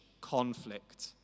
conflict